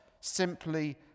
simply